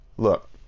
Look